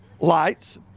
lights